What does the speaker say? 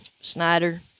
Snyder